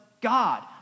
God